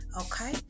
okay